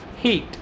heat